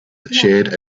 shared